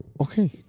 Okay